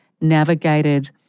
navigated